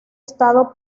estado